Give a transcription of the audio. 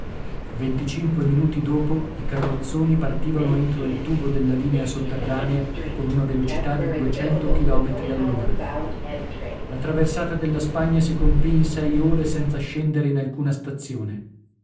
venticinque minuti dopo i carrozzoni partivano entro il tubo della linea sotterranea con una velocità di all ora a traversata della spagna si compì in sei ore senza scendere in alcuna stazione